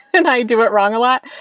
and i do it wrong a lot.